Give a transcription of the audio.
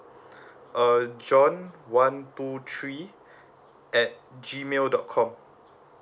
err john one two three at G mail dot com